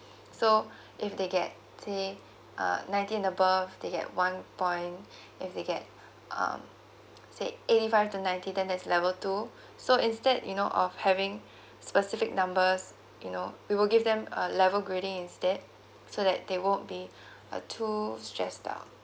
so if they get say uh nineteen above they get one point if they get um say eighty five to ninety then there's level two so instead you know of having specific numbers you know we will give them a level grading instead so that they won't be uh too stress out